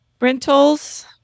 rentals